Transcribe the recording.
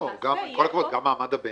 לא, גם מעמד הביניים.